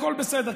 הכול בסדר.